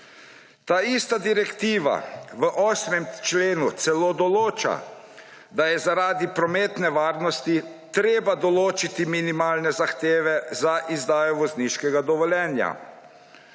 Taista direktiva v 8. členu celo določa, da je zaradi prometne varnosti treba določiti minimalne zahteve za izdajo vozniškega dovoljenja